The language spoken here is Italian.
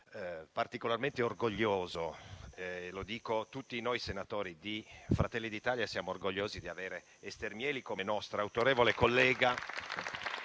particolarmente orgoglioso, anzi tutti noi senatori di Fratelli d'Italia siamo orgogliosi di avere Ester Mieli come nostra autorevole collega